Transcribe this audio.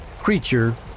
creature